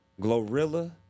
Glorilla